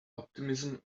optimism